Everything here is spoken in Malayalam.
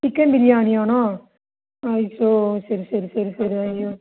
ചിക്കൻ ബിരിയാണി ആണോ അയ്യോ ശരി ശരി ശരി ശരി അയ്യോ